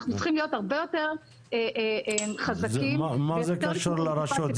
אנחנו צריכים להיות הרבה יותר חזקים --- מה זה קשור לרשות?